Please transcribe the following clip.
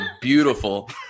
beautiful